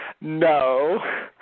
No